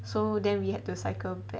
so then we had to cycle back